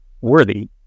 worthy